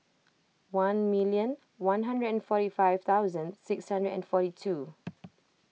one million one hundred and forty five thousand six hundred and forty two